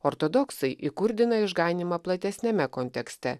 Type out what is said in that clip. ortodoksai įkurdina išganymą platesniame kontekste